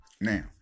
Now